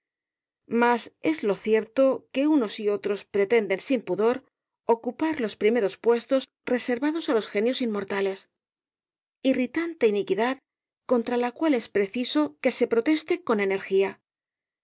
mas es lo cierto que unos y otros pretenden sin pudor ocupar los primeros puestos reservados á los genios inmortales irritante iniquidad contra la cual es preciso que se proteste con energía